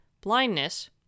blindness